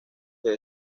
que